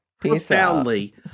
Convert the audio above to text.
profoundly